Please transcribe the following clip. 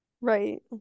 Right